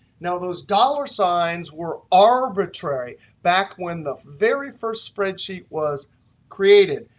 now, those dollar signs were arbitrary. back when the very first spreadsheet was created,